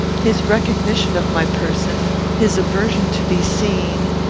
his recognition of my person, his aversion to be seen,